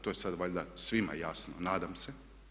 To je sad valjda svima jasno, nadam se.